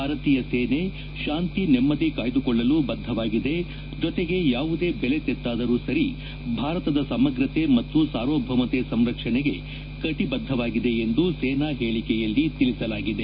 ಭಾರತೀಯ ಸೇನೆ ಶಾಂತಿ ನೆಮ್ದಿ ಕಾಯ್ಲುಕೊಳ್ಳಲು ಬದ್ಧವಾಗಿದೆ ಜೊತೆಗೆ ಯಾವುದೇ ಬೆಲೆ ತೆತ್ತಾದರೂ ಸರಿ ಭಾರತದ ಸಮಗ್ರತೆ ಮತ್ತು ಸಾರ್ವಭೌಮತೆ ಸಂರಕ್ಷಣೆಗೆ ಕಟಿಬದ್ದವಾಗಿದೆ ಎಂದು ಸೇನಾ ಹೇಳಿಕೆಯಲ್ಲಿ ತಿಳಿಸಲಾಗಿದೆ